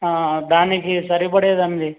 దానికి సరిపడేదండి